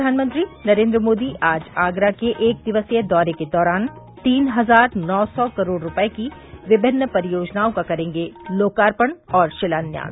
प्रधानमंत्री नरेन्द्र मोदी आज आगरा के एक दिवसीय दौरे के दौरान तीन हजार नौ सौ करोड़ रूपये की विभिन्न परियोजनाओं का करेंगे लोकार्पण और शिलान्यास